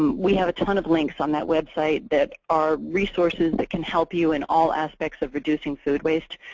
um we have a ton of links on that website that are resources that can help you in all aspects of reducing food waste.